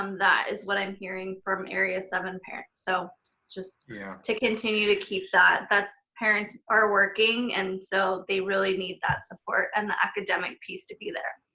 um that is what i'm hearing from area seven parents. so just to continue to keep that, that parents are working and so they really need that support and the academic piece to be there.